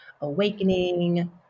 awakening